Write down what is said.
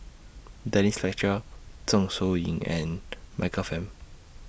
Denise Fletcher Zeng Shouyin and Michael Fam